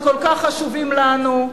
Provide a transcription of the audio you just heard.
שכל כך חשובים לנו,